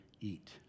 eat